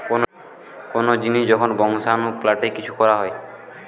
কোন জিনিসের যখন বংশাণু পাল্টে কিছু করা হয়